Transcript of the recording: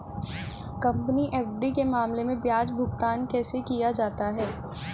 Company FD के मामले में ब्याज भुगतान कैसे किया जाता है?